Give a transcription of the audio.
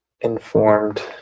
informed